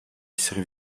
esseri